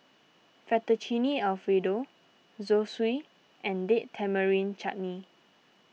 Fettuccine Alfredo Zosui and Date Tamarind Chutney